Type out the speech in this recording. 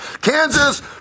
Kansas